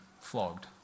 flogged